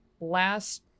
last